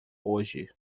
hoje